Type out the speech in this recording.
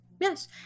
yes